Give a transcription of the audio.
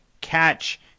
catch